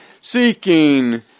seeking